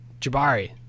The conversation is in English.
jabari